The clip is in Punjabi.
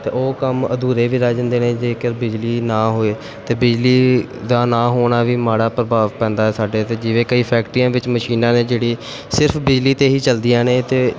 ਤਾਂ ਉਹ ਕੰਮ ਅਧੂਰੇ ਵੀ ਰਹਿ ਜਾਂਦੇ ਨੇ ਜੇਕਰ ਬਿਜਲੀ ਨਾ ਹੋਵੇ ਅਤੇ ਬਿਜਲੀ ਦਾ ਨਾ ਹੋਣਾ ਵੀ ਮਾੜਾ ਪ੍ਰਭਾਵ ਪੈਂਦਾ ਹੈ ਸਾਡੇ 'ਤੇ ਜਿਵੇਂ ਕਈ ਫੈਕਟਰੀਆਂ ਵਿੱਚ ਮਸ਼ੀਨਾਂ ਨੇ ਜਿਹੜੀ ਸਿਰਫ਼ ਬਿਜਲੀ 'ਤੇ ਹੀ ਚੱਲਦੀਆਂ ਨੇ ਅਤੇ